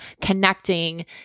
connecting